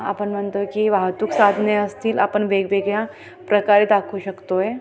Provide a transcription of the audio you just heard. आपण म्हणतो आहे की वाहतूक साधने असतील आपण वेगवेगळ्या प्रकारे दाखवू शकतो आहे